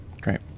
Great